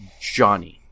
Johnny